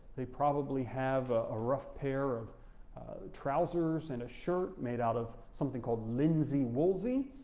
they probably have a rough pair of trousers and a shirt made out of something called lindsey woolsey,